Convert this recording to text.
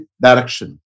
direction